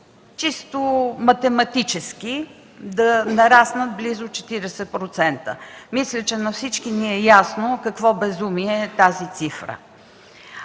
чисто математически да нараснат близо 40%. Мисля, че на всички ни е ясно какво безумие е тази цифра!